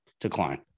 decline